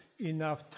enough